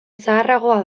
zaharragoa